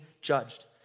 judged